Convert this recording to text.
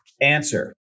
answer